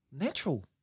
Natural